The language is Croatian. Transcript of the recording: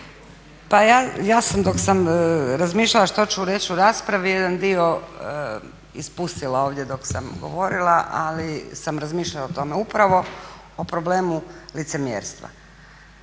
Pa ja sam dok sam razmišljala što ću reći u raspravi jedan dio ispustila ovdje dok sam govorila, ali sam razmišljala o tome. Upravo o problemu licemjerstva.